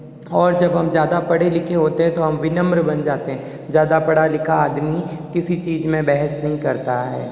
और जब हम ज़्यादा पढ़े लिखे होते हैं तो हम विनम्र बन जाते हैं ज़्यादा पढ़ा लिखा आदमी किसी चीज में बहस नहीं करता है